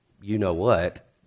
you-know-what